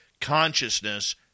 consciousness